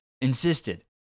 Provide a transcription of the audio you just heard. insisted